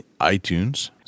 iTunes